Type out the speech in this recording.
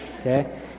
Okay